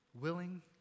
willing